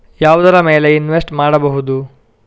ಯಾವುದರ ಮೇಲೆ ಇನ್ವೆಸ್ಟ್ ಮಾಡಬಹುದು?